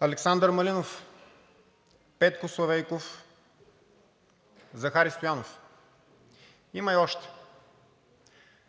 Александър Малинов, Петко Славейков, Захари Стоянов. Има и още.